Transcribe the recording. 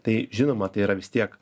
tai žinoma tai yra vis tiek